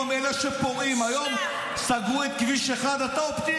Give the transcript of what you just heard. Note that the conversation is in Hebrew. תרד כבר, תרד.